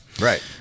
right